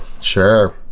sure